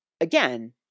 again